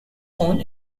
own